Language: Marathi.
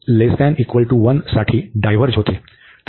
साठी डायव्हर्ज होते